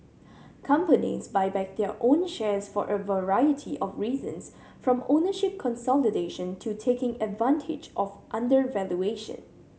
companies buy back their own shares for a variety of reasons from ownership consolidation to taking advantage of undervaluation